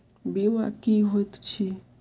बीमा की होइत छी?